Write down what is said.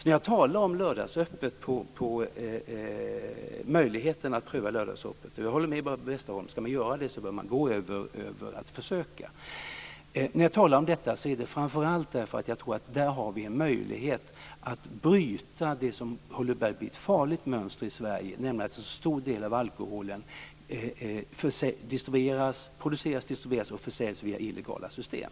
När jag talar om möjligheterna att pröva lördagsöppet - jag håller med Barbro Westerholm om att man bör inleda med ett försök - är det framför allt därför att jag tror att vi har en möjlighet att bryta det som börjar att bli ett farligt mönster i Sverige, nämligen att så stor del av alkoholen produceras, distribueras och försäljs via illegala system.